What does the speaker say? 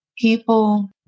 People